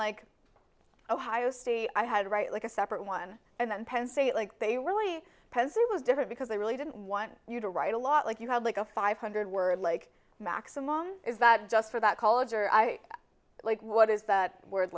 like ohio state i had to write like a separate one and then penn state like they really present was different because they really didn't want you to write a lot like you had like a five hundred word like maxim on is that just for that college or i like what is that w